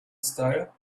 style